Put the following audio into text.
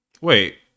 Wait